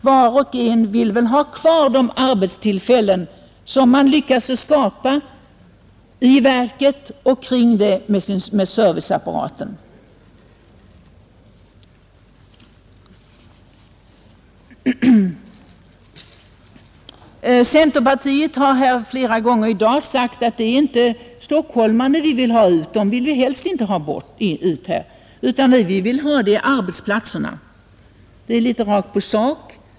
Var och en vill väl ha kvar de arbetstillfällen som man lyckats skapa sig i det verk man är anställd liksom den serviceapparat man är van vid. Från centerpartihåll har det flera gånger i dag sagts att det är inte stockholmarna man vill utlokalisera utan det är arbetsplatserna, och det är ju rakt på sak.